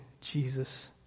Jesus